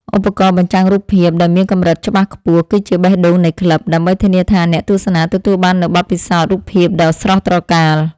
ឧបករណ៍បញ្ចាំងរូបភាព ដែលមានកម្រិតច្បាស់ខ្ពស់ គឺជាបេះដូងនៃក្លឹប ដើម្បីធានាថាអ្នកទស្សនាទទួលបាននូវបទពិសោធន៍រូបភាពដ៏ស្រស់ត្រកាល។